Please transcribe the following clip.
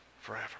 forever